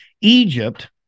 Egypt